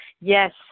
yes